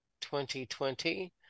2020